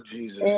Jesus